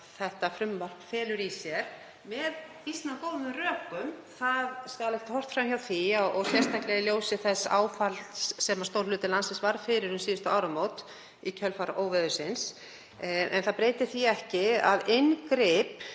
sem frumvarpið felur í sér, með býsna góðum rökum, það skal ekki horft fram hjá því, sérstaklega í ljósi þess áfalls sem stór hluti landsins varð fyrir um síðustu áramót í kjölfar óveðursins, en það breytir því ekki að inngrip